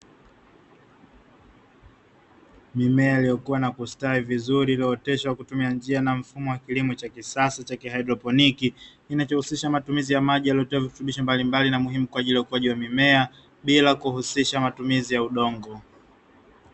Mimea iliyokuwa na kustawi vizuri iliyooteshwa kwa kutumia njia na mfumo wa kilimo cha kisasa cha kihaidroponiki, kinachohusisha matumizi ya maji yanayotoa virutubisho mbalimbali kwa ajili ya ukuaji wa mimea, bila kuhusisha matumizi ya udongo.